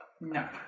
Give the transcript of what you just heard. No